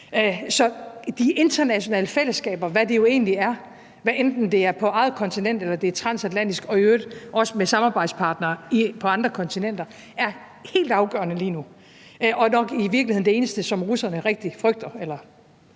Så de internationale fællesskaber, hvad det jo egentlig er, hvad enten det er på eget kontinent, eller det er transatlantisk og i øvrigt også med samarbejdspartnere på andre kontinenter, er helt afgørende lige nu, og det er nok i virkeligheden det eneste, som den del